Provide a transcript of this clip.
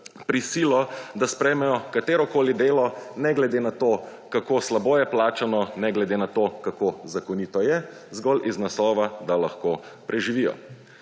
prisilo, da sprejmejo katerokoli delo, ne glede na to, kako slabo je plačano, ne glede na to, kako zakonito je, zgolj iz naslova, da lahko preživijo.